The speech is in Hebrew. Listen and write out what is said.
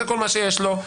זה כל מה שיש לו.